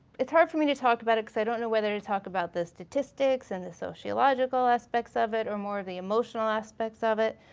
it's hard for me to talk about it cause i don't know whether to talk about the statistics and the sociological aspects of it or more of the emotional aspects of it.